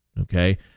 Okay